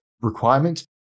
requirement